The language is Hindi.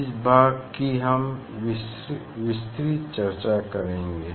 इस भाग की हम विस्तृत चर्चा करेंगे